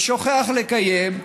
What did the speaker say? ושוכח לקיים,